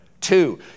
Two